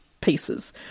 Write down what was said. pieces